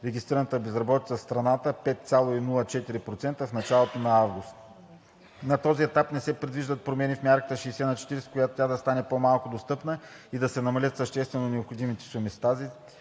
регистрирана безработица в страната – 5,04%, в началото на август. На този етап не се предвиждат промени в мярката 60/40, с които тя да стане по-малко достъпна и да се намалят съществено необходимите суми.